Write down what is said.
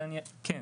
כן.